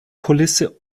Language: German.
kulisse